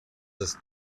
das